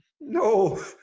No